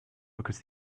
because